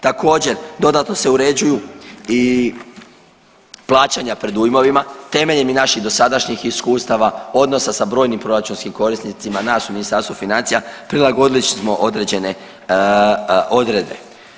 Također, dodatno se uređuju i plaćanja predujmovima, temeljem i naših dosadašnjih iskustava, odnosa sa brojnim proračunskim korisnicima nas u Ministarstvu financija, prilagodili smo određene odredbe.